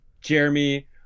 Jeremy